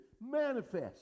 manifest